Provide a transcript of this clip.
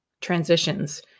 transitions